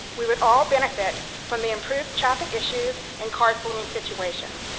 we would all benefit from the improved traffic issues and carpooling situation.